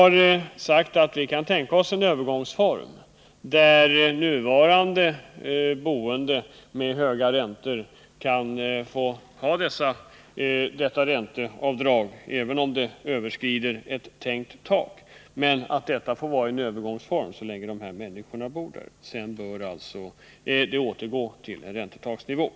Vi i vpk kan tänka oss en övergångsform som innebär att nuvarande ägare kan få behålla sina ränteavdrag, även om räntekostnaderna överskrider ett tänkt tak. Detta får alltså vara en övergångsbestämmelse som gäller så länge nuvarande ägare bor i fastigheten. Därefter får man tillämpa regler om ett räntetak.